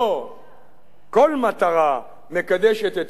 כל מטרה מקדשת את כל האמצעים?